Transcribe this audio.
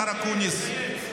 השר אקוניס, תצייץ.